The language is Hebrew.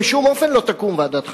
בשום אופן לא תקום ועדת חקירה.